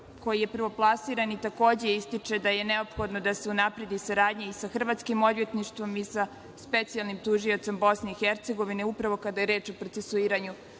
koji je prvoplasirani takođe ističe da je neophodno da se unapredi saradnja i sa hrvatskim odvjetništvom i sa specijalnim tužiocem BiH upravo kada je reč o procesuiranju